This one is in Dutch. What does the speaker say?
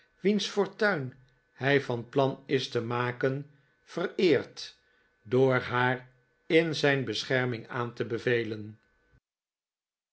wiens fortuin hij van plan is te maken vereert door haar in zijn bescherming aan te bevelen